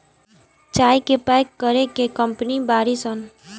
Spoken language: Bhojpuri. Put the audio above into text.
चाय के पैक करे के कंपनी बाड़ी सन